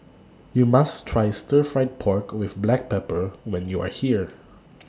YOU must Try Stir Fried Pork with Black Pepper when YOU Are here